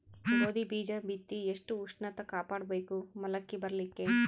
ಗೋಧಿ ಬೀಜ ಬಿತ್ತಿ ಎಷ್ಟ ಉಷ್ಣತ ಕಾಪಾಡ ಬೇಕು ಮೊಲಕಿ ಬರಲಿಕ್ಕೆ?